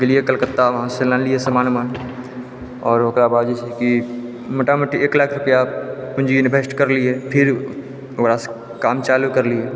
गेलियै कलकत्ता वहाँ से लेलियै समान उमान आओर ओकरा बाद जे छै कि मोटा मोटी एक लाख रुपआ पुंजी इन्वेस्ट करलियै ओकरा से काम चालु करलियै